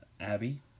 Abby